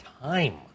time